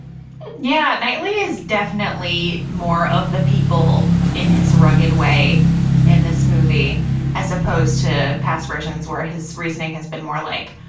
yeah knightley is definitely more of the people in his rugged way in this movie as opposed to past versions where his reasoning has been more like,